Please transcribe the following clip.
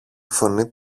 φωνή